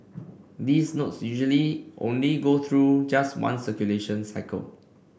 these notes usually only go through just one circulation cycle